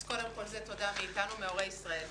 אז זה קודם כל תודה מאיתנו, מהורי ישראל.